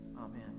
Amen